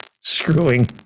screwing